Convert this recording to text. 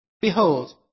Behold